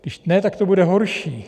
Když ne, tak to bude horší.